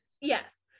Yes